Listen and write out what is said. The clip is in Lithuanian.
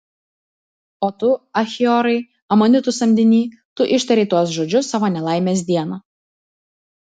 o tu achiorai amonitų samdiny tu ištarei tuos žodžius savo nelaimės dieną